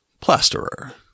plasterer